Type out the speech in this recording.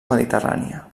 mediterrània